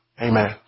Amen